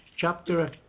Chapter